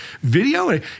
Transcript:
video